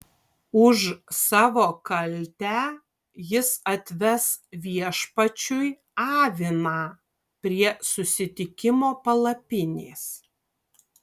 už savo kaltę jis atves viešpačiui aviną prie susitikimo palapinės